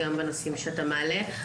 גם על הנושאים שאתה מעלה.